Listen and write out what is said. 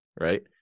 right